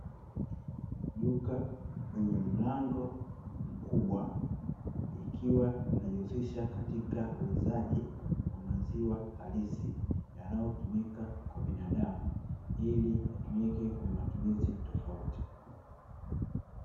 Duka lenye mlango mkubwa ikiwa linajihusisha katika uuzaji wa maziwa halisi yanayotumika kwa binadamu ili yatumike kwenye matumizi tofauti.